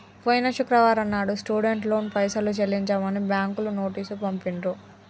పోయిన శుక్రవారం నాడు స్టూడెంట్ లోన్ పైసలు చెల్లించమని బ్యాంకులు నోటీసు పంపిండ్రు